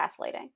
gaslighting